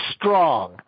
strong